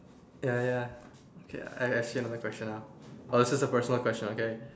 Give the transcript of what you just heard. ya ya ya okay I ask you another question ah oh this is a personal question okay